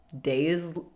days